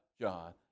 John